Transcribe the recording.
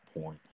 point